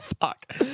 Fuck